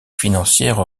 financières